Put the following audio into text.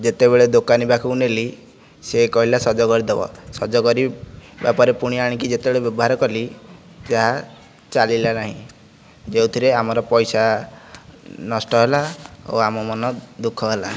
ଯେତେବେଳେ ଦୋକାନୀ ପାଖକୁ ନେଲି ସେ କହିଲା ସଜ କରିଦେବ ସଜ କରିବାପରେ ପୁଣି ଆଣିକି ଯେତେବେଳେ ବ୍ୟବହାର କଲି ଯା ଚାଲିଲା ନାହିଁ ଯେଉଁଥିରେ ଆମର ପଇସା ନଷ୍ଟ ହେଲା ଓ ଆମ ମନ ଦୁଃଖ ହେଲା